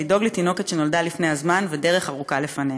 לדאוג לתינוקת שנולדה לפני הזמן ודרך ארוכה לפניה.